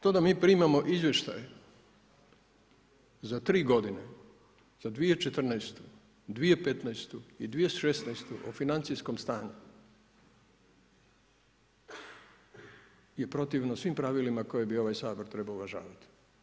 To da mi primamo izvještaj za 3 g. za 2014., 2015. i 2016. o financijskom stanju, je protivno svim pravilima koji bi ovaj Sabor trebao uvažavati.